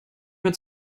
mehr